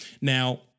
Now